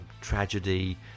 tragedy